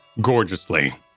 gorgeously